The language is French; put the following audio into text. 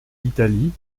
italie